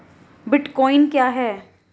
Bitcoin क्या है?